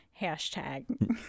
Hashtag